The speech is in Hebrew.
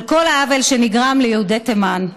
על כל העוול שנגרם ליהודי תימן.